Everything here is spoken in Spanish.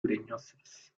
leñosas